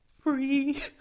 Free